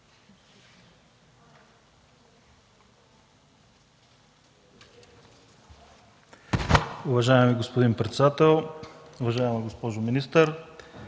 Уважаеми господин председател, уважаема госпожо министър,